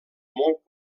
molt